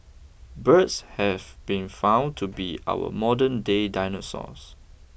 birds have been found to be our modernday dinosaurs